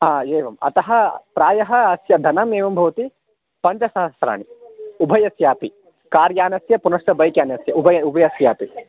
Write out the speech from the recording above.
हा एवम् अतः प्रायः अस्य धनमेवं भवति पञ्चसहस्राणि उभयस्यापि कार्यानस्य पुनश्च बैक्यानस्य उभय उभयस्यापि